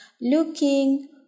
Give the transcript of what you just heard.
looking